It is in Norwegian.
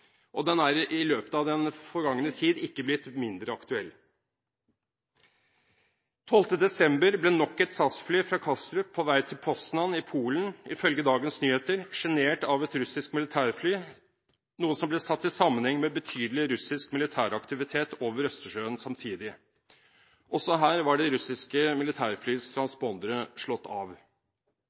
løpet av den forgangne tid ikke blitt mindre aktuell. Den 12. desember i fjor ble nok et SAS-fly fra Kastrup, på vei til Poznan i Polen, ifølge Dagens Nyheter sjenert av et russisk militærfly, noe som ble satt i sammenheng med betydelig russisk militæraktivitet over Østersjøen samtidig. Også her var det russiske militærflyets transpondere slått av.